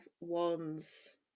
wands